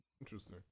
Interesting